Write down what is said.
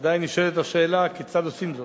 עדיין נשאלת השאלה, כיצד עושים זאת.